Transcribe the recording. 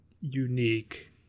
unique